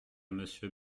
monsieur